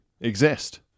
exist